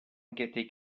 getting